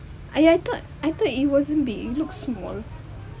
I I thought I thought it wasn't be look small